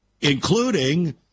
Including